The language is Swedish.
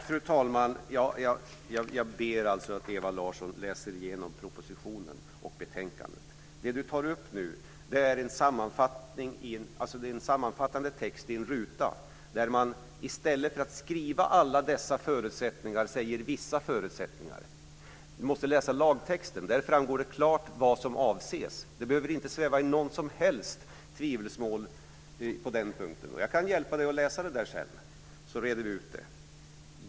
Fru talman! Jag ber Ewa Larsson läsa igenom propositionen och betänkandet. Det hon tar upp är en sammanfattande text i en ruta, där man i stället för att ta med alla dessa förutsättningar skriver "vissa förutsättningar". Man måste läsa lagtexten. Där framgår det klart vad som avses. Man behöver inte sväva i något som helst tvivelsmål på den punkten. Jag kan hjälpa Ewa Larsson att läsa detta sedan, så reder vi ut detta.